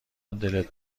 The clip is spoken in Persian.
دلت